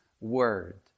word